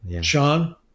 Sean